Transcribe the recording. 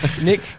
Nick